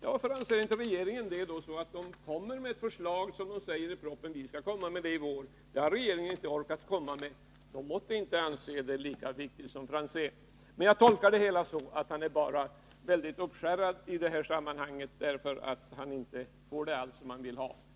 Varför kommer då inte regeringen med ett förslag, om den också anser det? I propositionen sägs ju att regeringen skall komma med förslag i vår. Det har inte regeringen orkat med. Den måtte inte anse det vara lika viktigt som Ivar Franzén. Jag tolkar Ivar Franzéns inlägg så, att han i detta sammanhang är mycket uppskärrad därför att han inte får som han vill.